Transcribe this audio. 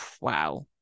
wow